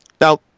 Now